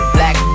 Black